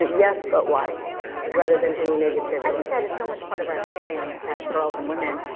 yes but why and rather than any negativity. i think that is so much part of our experience as girls and women.